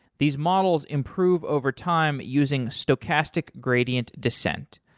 these models improve overtime using stochastic gradient descent.